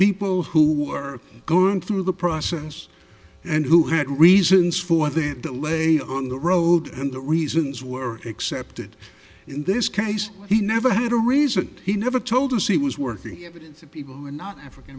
people who are going through the process and who had reasons for their delay on the road and the reasons were accepted in this case he never had a reason he never told us he was working if people are not african